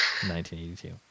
1982